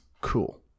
cool